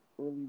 early